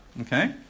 Okay